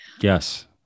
Yes